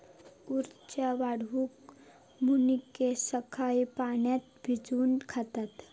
उर्जा वाढवूक मनुके सकाळी पाण्यात भिजवून खातत